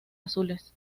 azules